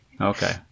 okay